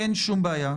אין שום בעיה.